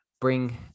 bring